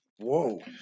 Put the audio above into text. Whoa